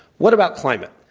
what about climate?